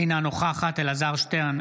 אינה נוכחת אלעזר שטרן,